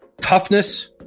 Toughness